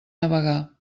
navegar